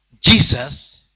Jesus